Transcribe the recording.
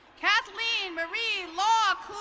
kathleen marie lock,